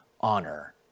honor